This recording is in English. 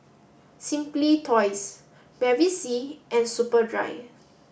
Simply Toys Bevy C and Superdry